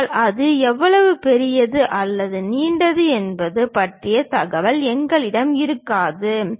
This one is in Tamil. ஆனால் அது எவ்வளவு பெரியது அல்லது நீண்டது என்பது பற்றிய தகவல் எங்களிடம் இருக்காது